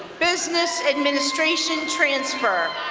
business administration transfer.